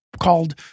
called